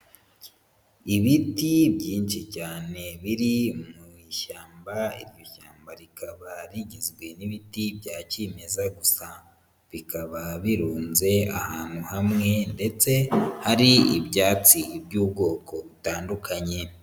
Ibiti byinshi cyane biri mu ishyamba iryo shyamba rikaba rigizwe n'ibiti bya kimeza gusa, bikaba birunze ahantu hamwe ndetse hari ibyatsi by'ubwoko butandukanye.